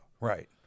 right